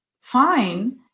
fine